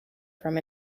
from